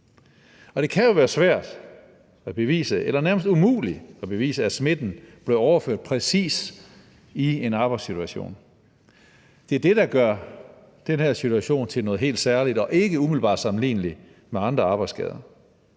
det kan jo være svært eller nærmest umuligt at bevise, at smitten blev overført præcis i en arbejdssituation. Det er det, der gør den her situation til noget helt særligt og ikke umiddelbart sammenlignelig med andre arbejdsskader.